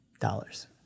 dollars